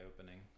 opening